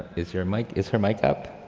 is your mic, is her mic up?